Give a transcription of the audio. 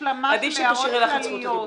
נכון, עדיף שתשאירי לך את זכות הדיבור.